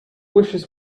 wishes